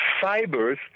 fibers